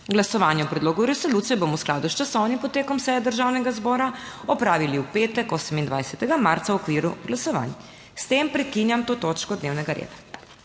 Glasovanje o predlogu resolucije bomo v skladu s časovnim potekom seje Državnega zbora opravili v petek, 28. marca v okviru glasovanj. S tem prekinjam to točko dnevnega reda.